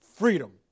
Freedom